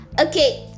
Okay